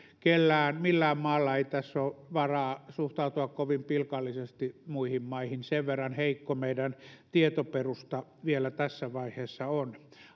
millään maalla ei tässä ole varaa suhtautua kovin pilkallisesti muihin maihin sen verran heikko meidän tietoperustamme vielä tässä vaiheessa on